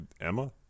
Emma